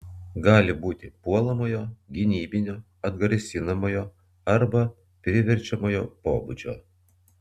gali būti puolamojo gynybinio atgrasinamojo arba priverčiamojo pobūdžio